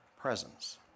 presence